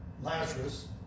Lazarus